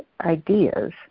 ideas